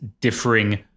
differing